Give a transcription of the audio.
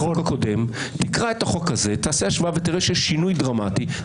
הקודם ותקרא את החוק הזה אתה תראה שיש שינוי דרמטי,